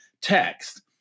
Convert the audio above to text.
text